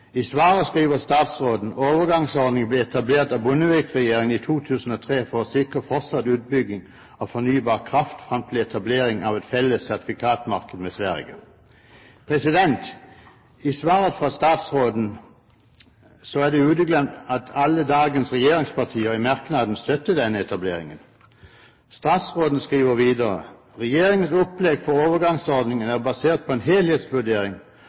I svaret skriver statsråden at overgangsordningen ble etablert av Bondevik-regjeringen i 2003 for å sikre fortsatt utbygging av fornybar kraft fram til etableringen av et felles sertifikatmarked med Sverige. I svaret fra statsråden er det uteglemt at alle dagens regjeringspartier i merknaden støttet denne etableringen. Statsråden skriver videre: «Regjeringens opplegg for overgangsordningen er basert på en helhetsvurdering